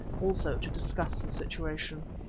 also to discuss the situation.